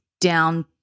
down